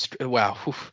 wow